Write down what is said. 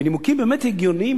בנימוקים באמת הגיוניים,